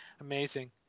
amazing